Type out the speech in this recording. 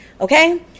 okay